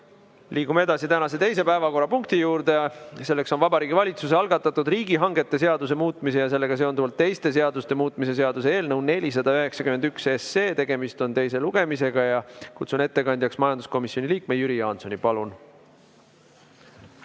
Liigume edasi tänase teise päevakorrapunkti juurde. Selleks on Vabariigi Valitsuse algatatud riigihangete seaduse muutmise ja sellega seonduvalt teiste seaduste muutmise seaduse eelnõu 491. Tegemist on teise lugemisega. Kutsun ettekandjaks majanduskomisjoni liikme Jüri Jaansoni. Palun!